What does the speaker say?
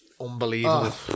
Unbelievable